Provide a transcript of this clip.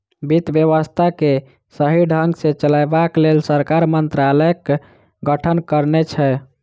वित्त व्यवस्था के सही ढंग सॅ चलयबाक लेल सरकार मंत्रालयक गठन करने छै